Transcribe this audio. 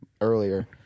earlier